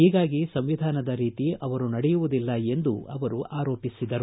ಹೀಗಾಗಿ ಸಂವಿಧಾನದ ರೀತಿ ಅವರು ನಡೆಯುವುದಿಲ್ಲ ಎಂದು ಕೆಡಿಕಾರಿದರು